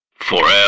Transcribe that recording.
FOREVER